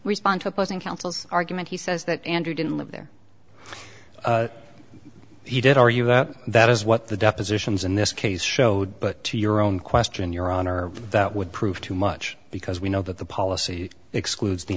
respond to opposing counsel's argument he says that andrew didn't live there he did argue that that is what the depositions in this case showed but to your own question your honor that would prove too much because we know that the policy excludes the